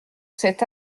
cet